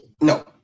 No